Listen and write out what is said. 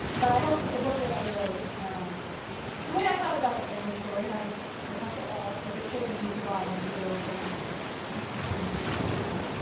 but i hope that the book that i wrote um the way i thought about the family story, having i talked to all of the children who survive and the widow of the one son who does not survive.